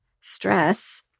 stress